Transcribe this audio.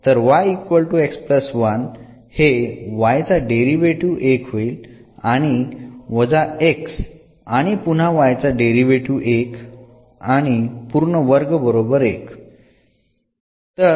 तर येथे y चा डेरिव्हेटीव्ह 1 होईल आणि वजा x आणि पुन्हा y चा डेरिव्हेटीव्ह 1 आणि पूर्ण वर्ग बरोबर 1